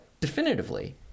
definitively